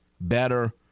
better